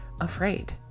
afraid